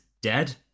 dead